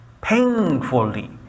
painfully